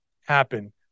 happen